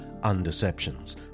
Undeceptions